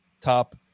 top